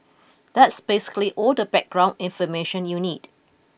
that's basically all the background information you need